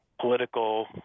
political